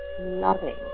loving